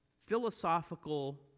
philosophical